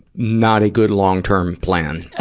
not a good long-term plan.